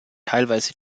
teilweise